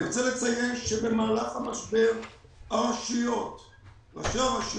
אני רוצה לציין שבמהלך המשבר ראשי הרשויות,